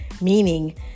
meaning